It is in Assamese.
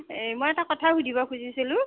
এই মই এটা কথা সুধিব খুজিছিলোঁ